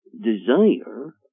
desire